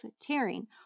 tearing